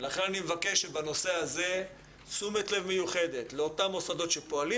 לכן אני מבקש בנושא הזה תשומת לב מיוחדת לאותם מוסדות שפועלים